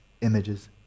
images